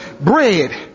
bread